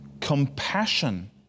compassion